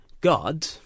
God